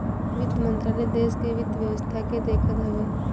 वित्त मंत्रालय देस के वित्त व्यवस्था के देखत हवे